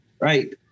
right